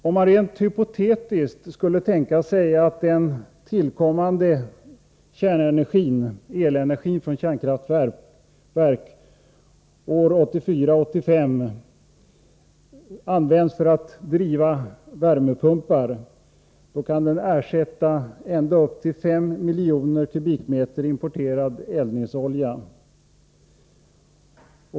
Om man rent hypotetiskt skulle förutsätta att den tillkommande kärnenergin — elenergin från kärnkraftverk — 1984-1985 används för att driva värmepumpar, så kan den ersätta ända upp till 5 miljoner kubikmeter importerad eldningsolja.